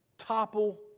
topple